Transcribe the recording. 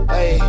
Hey